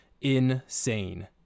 Insane